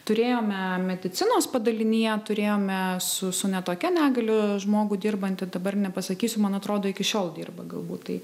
turėjome medicinos padalinyje turėjome su su ne tokia negalia žmogų dirbantį dabar nepasakysiu man atrodo iki šiol dirba galbūt tai